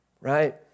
Right